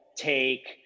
take